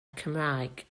cymraeg